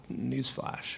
newsflash